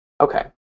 Okay